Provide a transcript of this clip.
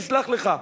נסלח לך,